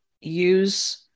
use